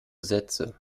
sätze